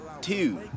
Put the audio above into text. Two